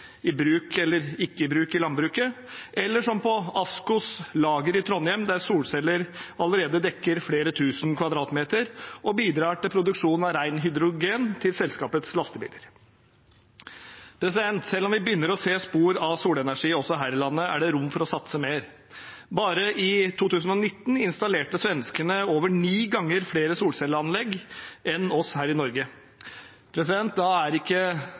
i bruk eller ikke i bruk – i landbruket, eller som på ASKOs lager i Trondheim, der solceller allerede dekker flere tusen kvadratmeter og bidrar til produksjon av ren hydrogen til selskapets lastebiler. Selv om vi begynner å se spor av solenergi også her i landet, er det rom for å satse mer. Bare i 2019 installerte svenskene over ni ganger flere solcelleanlegg enn vi gjorde her i Norge. Da er ikke